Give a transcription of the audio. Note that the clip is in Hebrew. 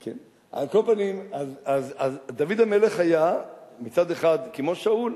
על כל פנים, דוד המלך היה מצד אחד כמו שאול,